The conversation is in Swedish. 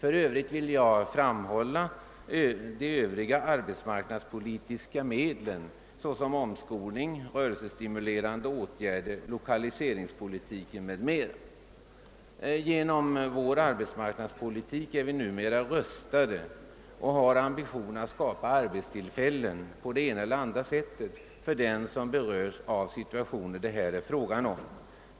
I övrigt vill jag nämna sådana arbetsmarknadspolitiska medel som omskolning, rörelsestimulerande åtgärder, lokaliseringspolitiska åtgärder m.m. |- Genom vår arbetsmarknadspolitik är vi numera rustade för och har ambition att skapa arbetstillfällen, på ena eller andra sättet, för dem som beröres av situationer som det här är fråga om.